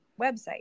website